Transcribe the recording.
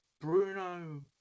Bruno